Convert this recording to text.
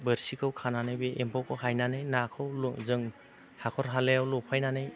बोरसिखौ खानानै बे एम्फौखौ हायनानै नाखौ जों हाखर हालायाव लफायनानै